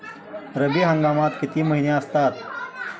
रब्बी हंगामात किती महिने असतात?